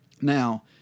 Now